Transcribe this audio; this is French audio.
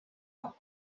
roues